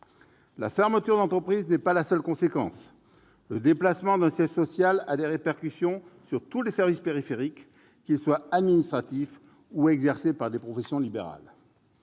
La fermeture de l'entreprise n'est pas la seule conséquence : le déplacement d'un siège social a des répercussions sur tous les services périphériques, qu'ils soient administratifs ou assurés par des professions libérales.